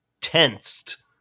tensed